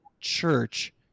church